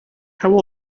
how